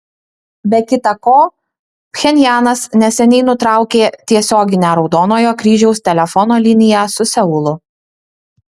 be kita ko pchenjanas neseniai nutraukė tiesioginę raudonojo kryžiaus telefono liniją su seulu